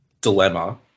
dilemma